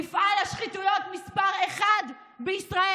מפעל השחיתויות מס' אחת בישראל,